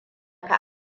ka